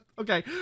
Okay